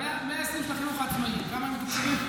כמה רק ה-120 של החינוך העצמאי, כמה הם מתוקצבים?